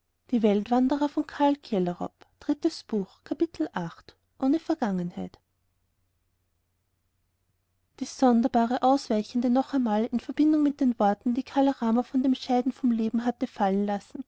ohne vergangenheit dies sonderbare ausweichende noch einmal in verbindung mit den worten die kala rama von dem scheiden vom leben hatte fallen lassen